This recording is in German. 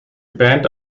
band